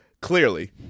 Clearly